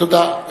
תודה.